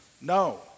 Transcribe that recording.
No